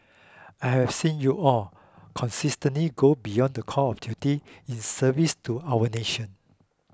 I have seen you all consistently go beyond the call of duty in service to our nation